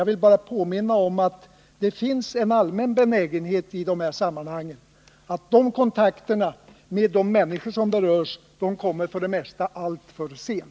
Jag vill påminna om att det för det mesta finns en allmän benägenhet att alltför sent ta kontakt med de människor som berörs i de här sammanhangen.